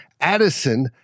addison